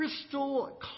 crystal